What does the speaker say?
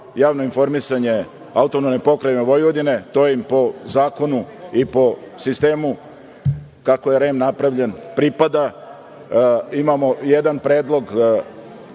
javno informisanje AP Vojvodine. To im po zakonu i po sistemu kako je REM napravljen pripada. Imamo jedan predlog